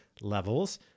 levels